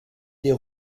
des